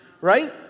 Right